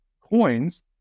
coins